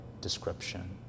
description